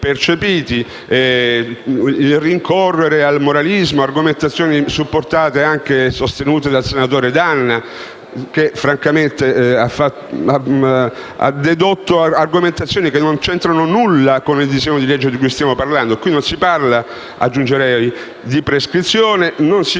che si vuole rincorrere il moralismo, con argomentazioni sostenute anche dal senatore D'Anna, che francamente ha dedotto argomentazioni che non c'entrano nulla con il disegno di legge di cui stiamo parlando. Qui non si parla di prescrizione, non si